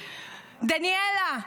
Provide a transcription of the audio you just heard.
דניאלה,